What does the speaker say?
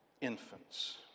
infants